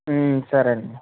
సరే అండి